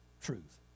truth